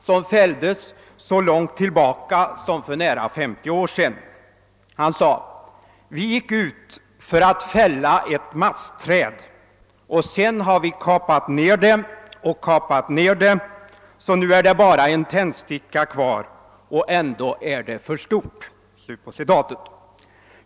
Det fälldes så långt tillbaka som för nära 50 år sedan. Han sade: Vi gick ut för att fälla ett mastträd, och sedan har vi kapat ned det och kapat ned det, så nu är det bara en tändsticka kvar, och ändå är det för stort.